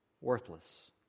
worthless